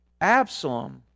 Absalom